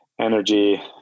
energy